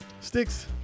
Sticks